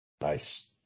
Nice